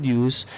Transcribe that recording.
use